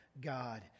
God